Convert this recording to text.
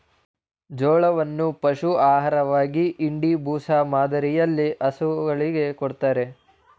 ಜೋಳವನ್ನು ಪಶು ಆಹಾರವಾಗಿ ಇಂಡಿ, ಬೂಸ ಮಾದರಿಯಲ್ಲಿ ಹಸುಗಳಿಗೆ ಕೊಡತ್ತರೆ